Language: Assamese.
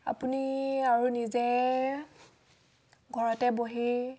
আপুনি আৰু নিজে ঘৰতে বহি